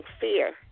fear